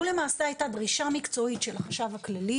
הוא למעשה הייתה דרישה מקצועית של החשב הכללי,